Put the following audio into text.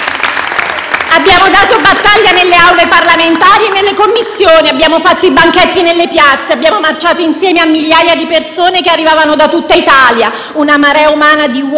Abbiamo dato battaglia nelle Aule parlamentari e nelle Commissioni. Abbiamo fatto i banchetti nelle piazze. Abbiamo marciato insieme a migliaia di persone che arrivavano da tutta Italia: una marea umana di uomini